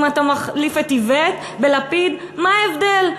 אם אתה מחליף את איווט ולפיד, מה ההבדל?